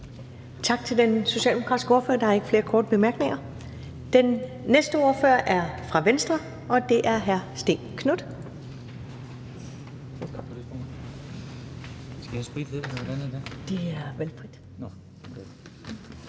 Tak til den socialdemokratiske ordfører. Der er ikke flere korte bemærkninger. Den næste ordfører er fra Venstre, og det er hr. Stén Knuth.